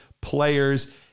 players